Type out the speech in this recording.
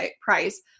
price